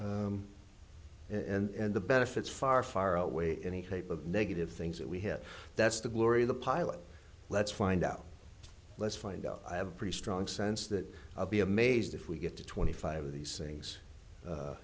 jeopardize and the benefits far far outweigh any type of negative things that we have that's the glory of the pilot let's find out let's find out i have a pretty strong sense that i'll be amazed if we get to twenty five of these things